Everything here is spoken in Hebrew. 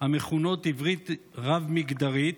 המכונות עברית רב-מגדרית,